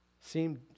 seemed